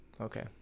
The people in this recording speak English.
Okay